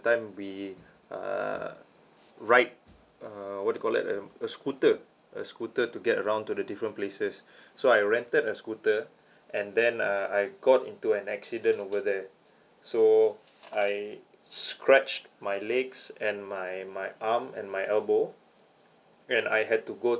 time we uh ride uh what you call that a a scooter a scooter to get around to the different places so I rented a scooter and then uh I got into an accident over there so I scratched my legs and my my arm and my elbow and I had to go